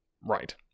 right